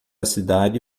cidade